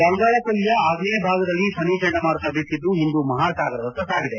ಬಂಗಾಳ ಕೊಲ್ಲಿಯ ಆಗ್ನೇಯ ಭಾಗದಲ್ಲಿ ಫನಿ ಚಂಡ ಮಾರುತ ಬೀಸಿದ್ದು ಹಿಂದೂ ಮಹಾಸಾಗರದತ್ತ ಸಾಗಿದೆ